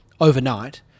overnight